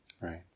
Right